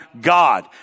God